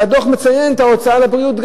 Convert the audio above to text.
כשהדוח מציין את ההוצאה על הבריאות,